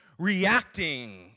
reacting